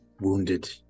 wounded